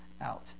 out